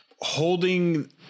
holding